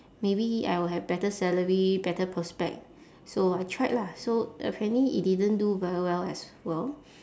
maybe I will have better salary better prospect so I tried lah so apparently it didn't do very well as well